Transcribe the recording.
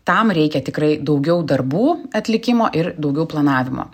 tam reikia tikrai daugiau darbų atlikimo ir daugiau planavimo